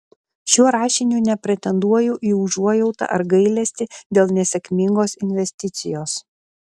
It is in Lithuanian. šiuo rašiniu nepretenduoju į užuojautą ar gailestį dėl nesėkmingos investicijos